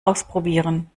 ausprobieren